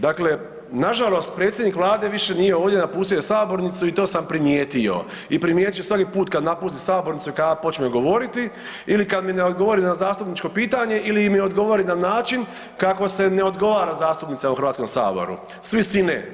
Dakle, nažalost predsjednik Vlade više nije ovdje, napustio je sabornicu i to sam primijetio i primijetit ću svaki puta kad napusti sabornicu kad ja počnem govoriti ili kad mi ne odgovori na zastupničko pitanje ili mi odgovori na način kako se ne odgovara zastupnicima u HS-u, s visine.